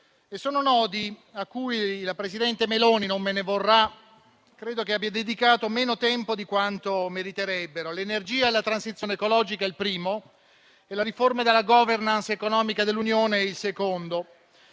due nodi a cui la presidente Meloni - che spero non me ne vorrà - credo abbia dedicato meno tempo di quanto meriterebbero: l'energia e la transizione ecologica sono il primo e la riforma della *governance* economica dell'Unione è il secondo.